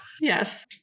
yes